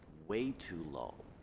way too low